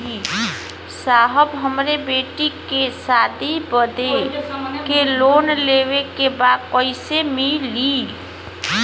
साहब हमरे बेटी के शादी बदे के लोन लेवे के बा कइसे मिलि?